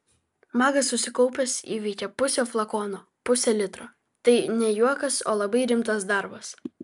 magas susikaupęs įveikė pusę flakono pusė litro tai ne juokas o labai rimtas darbas